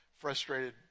frustrated